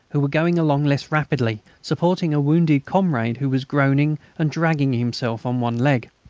who were going along less rapidly, supporting a wounded comrade who was groaning and dragging himself on one leg.